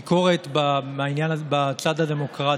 הביקורת בצד הדמוקרטי.